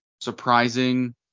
surprising